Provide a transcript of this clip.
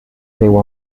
déu